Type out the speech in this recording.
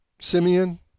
Simeon